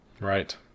Right